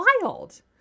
wild